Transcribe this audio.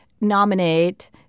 nominate